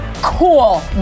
Cool